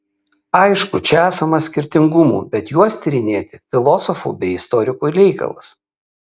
aišku čia esama skirtingumų bet juos tyrinėti filosofų bei istorikų reikalas